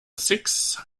sixth